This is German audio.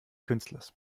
künstlers